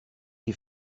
die